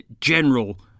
general